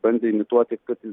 bandė imituoti kad ten